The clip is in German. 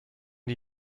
die